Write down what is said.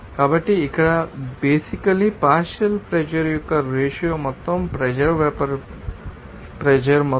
కాబట్టి ఇక్కడ basically partial pressure యొక్క రేషియో మొత్తం ప్రెషర్ వేపర్ ప్రెషర్ మొత్తం